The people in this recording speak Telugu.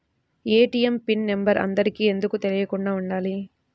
ఏ.టీ.ఎం పిన్ నెంబర్ అందరికి ఎందుకు తెలియకుండా ఉండాలి?